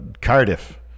Cardiff